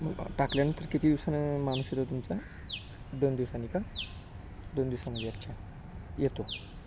टाकल्यानंतर किती दिवसांनी माणूस येतो तुमचा दोन दिवसांनी का दोन दिवसामध्ये अच्छा येतो